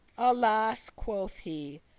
alas! quoth he,